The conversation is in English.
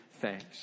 thanks